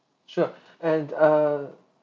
sure and err